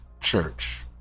church